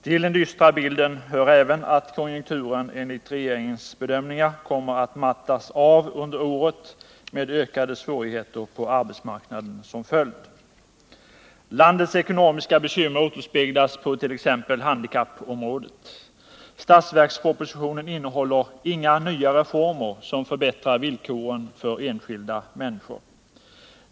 Till den dystra bilden hör även att konjunkturen enligt regeringens bedömningar kommer att mattas av under året med ökade svårigheter på arbetsmarknaden som följd. Landets ekonomiska bekymmer återspeglas på t.ex. handikappområdet. Statsverkspropositionen innehåller inga nya reformer som förbättrar villkoren för enskilda människor.